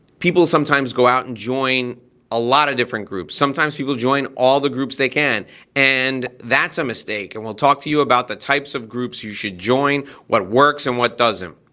people sometimes go out and join a lot of different groups. sometimes people join all the groups they can and that's a mistake and we'll talk to you about the types of groups you should join, what works and what doesn't.